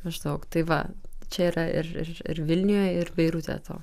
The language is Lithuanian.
maždaug tai va čia yra ir ir ir vilniuj ir beirute to